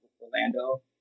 Orlando